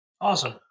Awesome